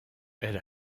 elle